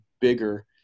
bigger